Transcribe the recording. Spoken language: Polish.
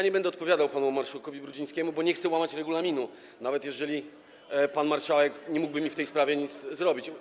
Nie będę odpowiadał panu marszałkowi Brudzińskiemu, bo nie chcę łamać regulaminu, nawet jeżeli pan marszałek nie mógłby mi w tej sprawie nic zrobić.